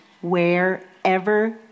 wherever